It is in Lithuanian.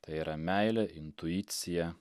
tai yra meilė intuicija